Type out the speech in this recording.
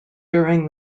during